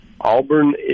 Auburn